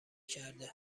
کرده